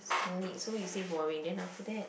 no need so you say boring then after that